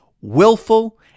willful